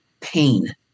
pain